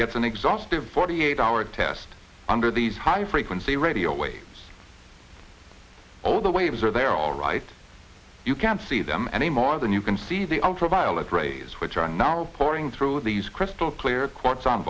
gets an exhaustive forty eight hour test under these high frequency radio waves all the waves are there all right you can't see them any more than you can see the ultraviolet rays which are now are pouring through these crystal clear quartz on